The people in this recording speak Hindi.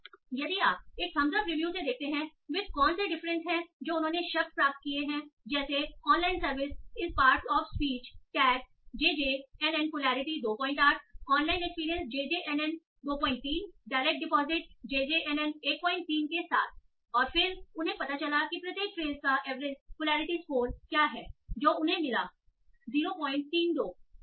इसलिए यदि आप एक थम्स अप रिव्यू से देखते हैं वे कौन से डिफरेंस हैं जो उन्होंने शब्द प्राप्त किए हैं जैसे ऑनलाइन सर्विस इस parts of speech tag JJ NN polarity 28 online experience JJ एनएन23डायरेक्ट डिपॉजिट जेजे एनएन13 के साथ और फिर उन्हें पता चला कि प्रत्येक फ्रेस का एवरेज पोलैरिटी स्कोर क्या है जो उन्हें मिला जो 032 है